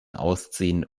ausziehen